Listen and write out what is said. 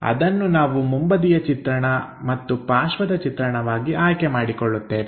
ಅದನ್ನು ನಾವು ಮುಂಬದಿಯ ಚಿತ್ರಣ ಮತ್ತು ಪಾರ್ಶ್ವದ ಚಿತ್ರಣವಾಗಿ ಆಯ್ಕೆ ಮಾಡಿಕೊಳ್ಳುತ್ತೇವೆ